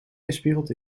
weerspiegeld